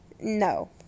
No